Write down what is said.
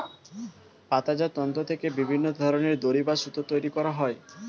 পাতাজাত তন্তু থেকে বিভিন্ন ধরনের দড়ি বা সুতো তৈরি করা হয়